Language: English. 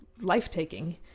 life-taking